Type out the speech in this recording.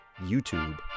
YouTube